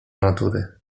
natury